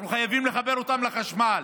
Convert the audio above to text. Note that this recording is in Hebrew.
אנחנו חייבים לחבר אותם לחשמל.